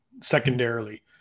secondarily